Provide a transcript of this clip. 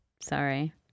Sorry